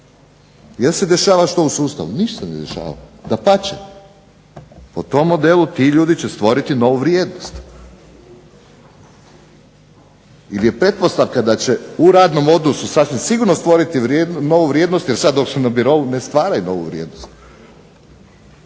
jer se dešava što u sustavu, ništa se ne dešava. Dapače, po tom modelu ti ljudi će stvoriti novu vrijednost. Ili je pretpostavka da će u radnom odnosu sasvim sigurno stvoriti novu vrijednost jer sad dok su na birou ne stvaraju novu vrijednost.